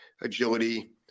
agility